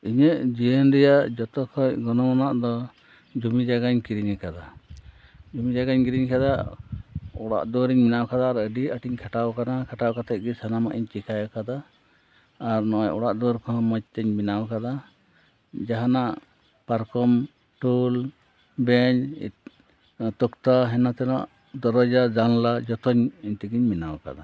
ᱤᱧᱟᱹᱜ ᱡᱤᱭᱚᱱ ᱨᱮᱭᱟᱜ ᱡᱚᱛᱚ ᱠᱷᱚᱱ ᱜᱚᱱᱚᱝ ᱟᱱᱟᱜ ᱫᱚ ᱡᱩᱢᱤ ᱡᱟᱭᱜᱟᱧ ᱠᱤᱨᱤᱧ ᱟᱠᱟᱫᱟ ᱡᱩᱢᱤ ᱡᱟᱭᱜᱟᱧ ᱠᱤᱨᱤᱧ ᱟᱠᱟᱫᱟ ᱚᱲᱟᱜ ᱫᱩᱣᱟᱹᱨ ᱤᱧ ᱵᱮᱱᱟᱣ ᱟᱠᱟᱫᱟ ᱟᱨ ᱟᱹᱰᱤ ᱟᱸᱴ ᱤᱧ ᱠᱷᱟᱴᱟᱣ ᱟᱠᱟᱱᱟ ᱠᱷᱟᱴᱟᱣ ᱠᱟᱛᱮ ᱜᱮ ᱥᱟᱱᱟᱢ ᱤᱧ ᱪᱮᱠᱟ ᱟᱠᱟᱫᱟ ᱟᱨ ᱱᱚᱜᱼᱚᱭ ᱚᱲᱟᱜ ᱫᱩᱣᱟᱹᱨ ᱠᱚᱦᱚᱸ ᱢᱚᱡᱽ ᱛᱮᱧ ᱵᱮᱱᱟᱣ ᱟᱠᱟᱫᱟ ᱡᱟᱦᱟᱱᱟᱜ ᱯᱟᱨᱠᱚᱢ ᱴᱩᱞ ᱵᱮᱧᱪ ᱛᱚᱠᱛᱟ ᱦᱮᱱᱟ ᱛᱮᱱᱟ ᱫᱚᱨᱚᱡᱟ ᱡᱟᱱᱞᱟ ᱡᱚᱛᱚ ᱤᱧ ᱛᱮᱜᱮᱧ ᱵᱮᱱᱟᱣ ᱟᱠᱟᱫᱟ